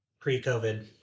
pre-COVID